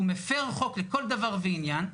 והוא מפר חוק לכל דבר ועניין,